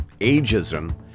ageism